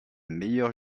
meilleures